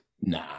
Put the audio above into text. Nah